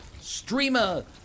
streamer